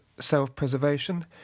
self-preservation